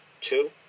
Two